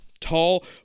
Tall